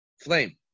flame